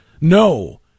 No